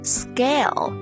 scale